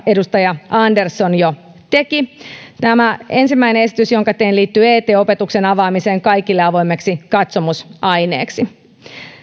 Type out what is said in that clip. edustaja andersson jo teki tämä ensimmäinen esitys jonka teen liittyy et opetuksen avaamiseen kaikille avoimeksi katsomusaineeksi